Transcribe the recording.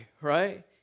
right